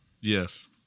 Yes